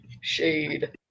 Shade